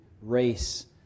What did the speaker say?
race